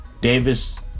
Davis